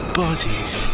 bodies